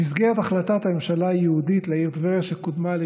במסגרת החלטת הממשלה הייעודית לעיר טבריה שקודמה על